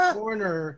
corner